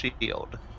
shield